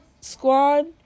squad